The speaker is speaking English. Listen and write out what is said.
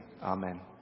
amen